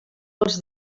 als